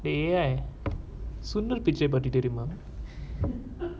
the A_I Sundar Pichai பற்றி தெரியுமா:sundar pichai patri theriuma